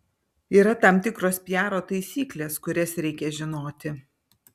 yra tam tikros piaro taisykles kurias reikia žinoti